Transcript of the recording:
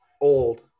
Old